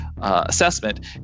assessment